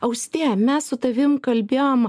austėja mes su tavim kalbėjom